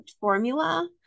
formula